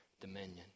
dominion